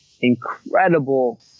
incredible